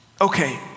Okay